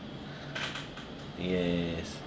yes